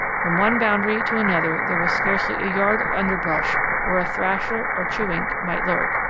from one boundary to another there was scarcely a yard of underbrush where a thrasher or chewink might lurk,